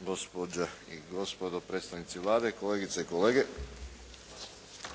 Gospođe i gospodo predstavnici Vlade, kolegice i kolege.